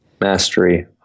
Mastery